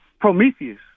Prometheus